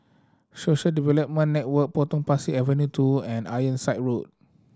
Social Development Network Potong Pasir Avenue Two and Ironside Road